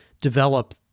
develop